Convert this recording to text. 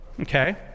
Okay